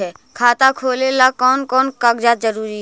खाता खोलें ला कोन कोन कागजात जरूरी है?